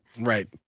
Right